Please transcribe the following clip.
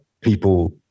people